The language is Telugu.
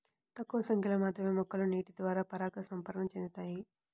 తక్కువ సంఖ్యలో మాత్రమే మొక్కలు నీటిద్వారా పరాగసంపర్కం చెందుతాయి